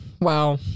Wow